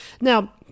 Now